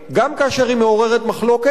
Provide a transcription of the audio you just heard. גם כאשר היא מעוררת מחלוקת,